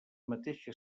mateixa